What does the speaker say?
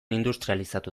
industrializatu